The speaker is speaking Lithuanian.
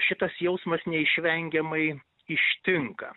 šitas jausmas neišvengiamai ištinka